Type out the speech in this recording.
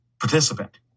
participant